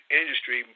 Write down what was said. industry